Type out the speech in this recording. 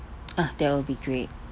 uh that will be great